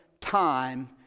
time